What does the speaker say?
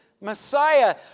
Messiah